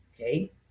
Okay